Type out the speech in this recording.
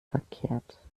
verkehrt